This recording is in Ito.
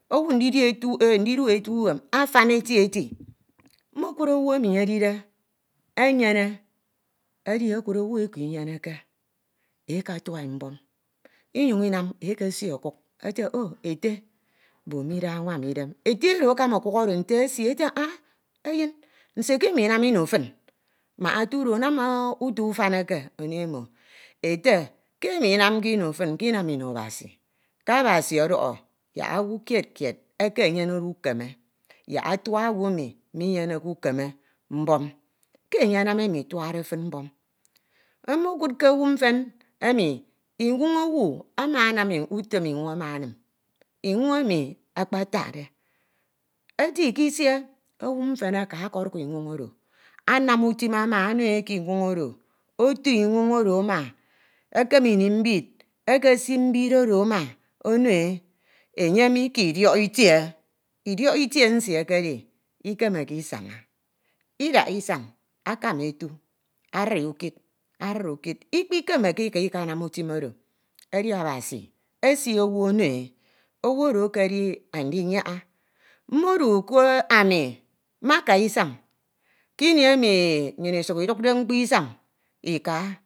Owu ndidu eti uwem afan eti eti. Mekud owu eme edide enyene edi ekid owu eke inyeneke, e katua e mbom, Inyuñ inam e kase ọkuk ete o ete be mida nwam Idam. Ete akama okuk oro nte esie e ete ah eyin nse ke imo inam ino fin. mbak etudo uto ufan eke ono omo. Ete ke imo inamke ino fin inam ino Abasi ke Abasi ọdọhọ yak owu kied kied eke enyenede ukeme yak atua owu emi minyeneke ukeme mbom, mekud ke owu mfen inwoñ owu emi akpatakde. ete ikisie owu mfen ekeduk inwoñ oro, anam utim ama ono e, oto inwoñ oro ama ekem ino mbid, ekesi nobid oro ama ono e, enye mi ke idiọk itie. idiọk itie nsie ekedi ikaneke isoña idaha isañ, akama etie adri ukid, adri ukid, ikpikemeke ika ikanam utim oro edi Abasi esi netu owu ono e, owu ekedi andiyiaña, mmedu ke ami mmaka isan, ke ini emi nnyin isuk idukde mkpo isan ika